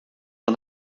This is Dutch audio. een